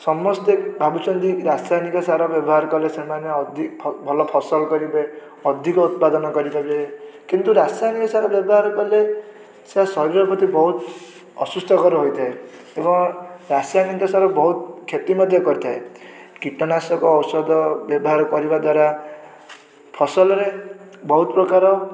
ସମସ୍ତେ ଭାବୁଛନ୍ତି ରାସାୟନିକ ସାର ବ୍ୟବହାର କଲେ ସେମାନେ ଅଧି ଭଲ ଫସଲ କରିବେ ଅଧିକ ଉତ୍ପାଦନ କରିପାରିବେ କିନ୍ତୁ ରାସାୟନିକ ସାର ବ୍ୟବହାର କଲେ ସେ ଶରୀର ପ୍ରତି ବହୁତ ଅସୁସ୍ଥକର ହୋଇଥାଏ ଏବଂ ରାସାୟନିକ ସାର ବହୁତ କ୍ଷତି ମଧ୍ୟ କରିଥାଏ କୀଟନାଷକ ଔଷଧ ବ୍ୟବହାର କରିବା ଦ୍ଵାରା ଫସଲରେ ବହୁତପ୍ରକାର